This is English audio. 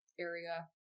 area